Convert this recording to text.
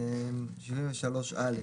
73(א)